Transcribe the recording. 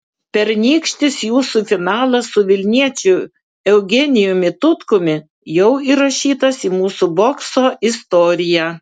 pernykštis jūsų finalas su vilniečiu eugenijumi tutkumi jau įrašytas į mūsų bokso istoriją